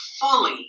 fully